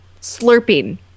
slurping